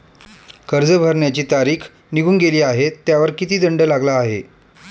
कर्ज भरण्याची तारीख निघून गेली आहे त्यावर किती दंड लागला आहे?